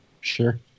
Sure